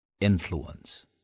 influence